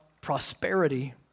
prosperity